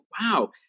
wow